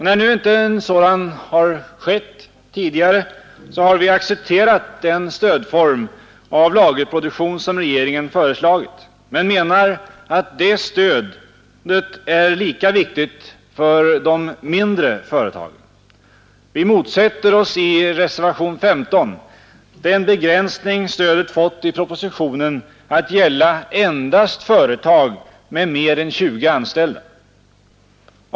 När nu inte en sådan skett tidigare, har vi accepterat den stödform av lagerproduktion som regeringen föreslagit, men vi menar att detta stöd är lika viktigt för de mindre företagen. Vi motsätter oss i reservationen 15 den begränsning stödet fått i propositionen att gälla endast företag med mer än 20 anställda.